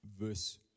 verse